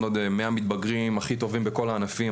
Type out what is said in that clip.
100 מתבגרים הכי טובים בכל הענפים.